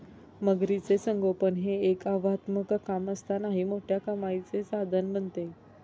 मगरीचे संगोपन हे एक आव्हानात्मक काम असतानाही मोठ्या कमाईचे साधन बनते